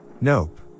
Nope